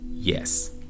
Yes